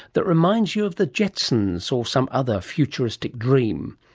that reminds you of the jetsons or some other futuristic dream.